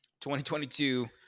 2022